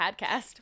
podcast